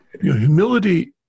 Humility